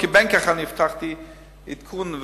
כי אני הבטחתי עדכון,